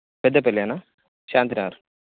పెద్దపెల్లి అన్న శాంతినగర్